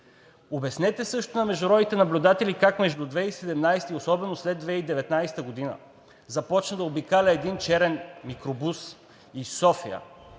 Обяснете също на международните наблюдатели как между 2017 г. и особено след 2019 г. започна да обикаля един черен микробус из София